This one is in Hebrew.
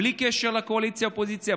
בלי קשר לקואליציה אופוזיציה,